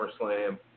SummerSlam